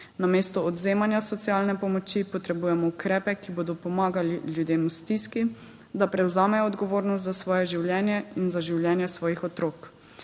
Namesto odvzemanja socialne pomoči potrebujemo ukrepe, ki bodo pomagali ljudem v stiski, da prevzamejo odgovornost za svoje življenje in za življenje svojih otrok.